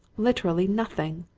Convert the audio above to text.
literally nothing!